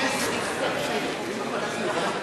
על-פי בקשתו של חבר הכנסת רועי